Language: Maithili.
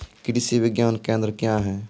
कृषि विज्ञान केंद्र क्या हैं?